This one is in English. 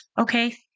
Okay